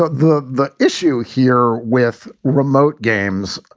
ah the the issue here with remote games.